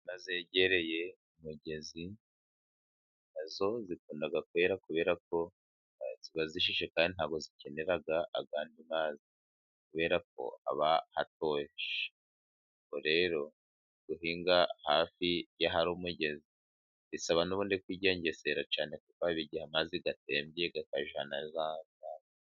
Ingano zegereye umugezi, nazo zikunda kwera kubera ko ziba zishishe kandi ntizikenera andi mazi, kubera ko haba hakonje. Ubwo rero, guhinga hafi y' ahari umugezi, bisaba n'ubundi kwigengesera cyane kuko hari igihe amazi atembye akajyana za ngano.